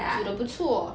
煮的不错